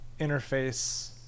interface